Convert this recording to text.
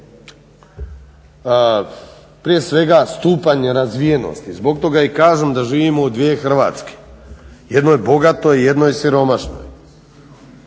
prije svega stupanj razvijenosti. Zbog toga i kažem da živimo u dvije Hrvatske – jednoj bogatoj i jednoj siromašnoj.